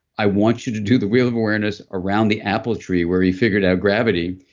i want you to do the wheel of awareness around the apple tree where he figured out gravity,